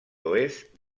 oest